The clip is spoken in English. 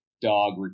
dog